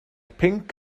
pinc